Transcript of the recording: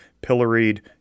pilloried